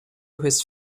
his